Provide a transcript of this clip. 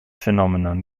phenomenon